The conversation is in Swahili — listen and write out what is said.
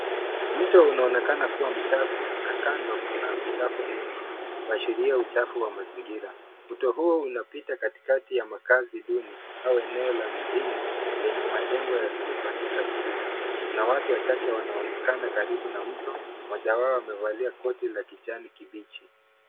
Mto unaonekana kuwa mchafu na kando kuna uchafu mwingi, kuashiria uchafu wa mazingira. Mto huu unapita katikati ya makazi duni au eneo la mjini yenye majengo yasiyopangika vizuri. Kuna watu wachache wanaonekana karibu na mto , mmoja wao amevalia koti la kijani kibichi.